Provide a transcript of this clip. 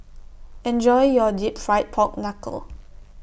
Enjoy your Deep Fried Pork Knuckle